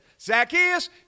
Zacchaeus